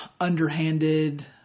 underhanded